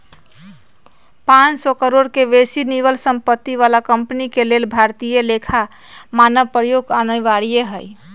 पांन सौ करोड़ से बेशी निवल सम्पत्ति बला कंपनी के लेल भारतीय लेखा मानक प्रयोग अनिवार्य हइ